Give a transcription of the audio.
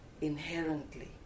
inherently